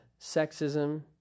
sexism